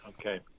Okay